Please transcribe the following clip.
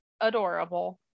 adorable